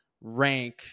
rank